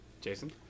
jason